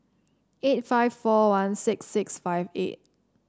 eight five four one six six five eight